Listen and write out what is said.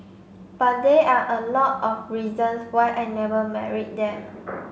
but there are a lot of reasons why I never married them